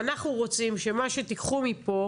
ואנחנו רוצים שמה שתיקחו מפה